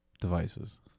devices